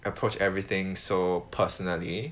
approach everything so personally